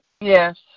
Yes